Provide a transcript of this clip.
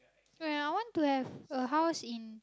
well I want to have a house in